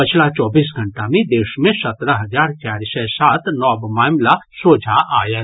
पछिला चौबीस घंटा मे देश मे सत्रह हजार चारि सय सात नव मामिला सोझा आयल